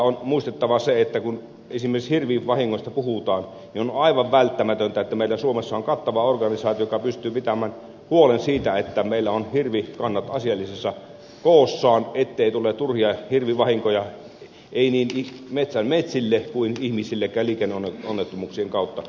on muistettava se kun esimerkiksi hirvivahingoista puhutaan että on aivan välttämätöntä että meillä suomessa on kattava organisaatio joka pystyy pitämään huolen siitä että meillä ovat hirvikannat asiallisessa koossaan ettei tule turhia hirvivahinkoja metsille eikä ihmisillekään liikenneonnettomuuksien kautta